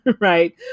right